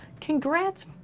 Congrats